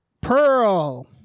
Pearl